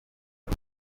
ubu